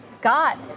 got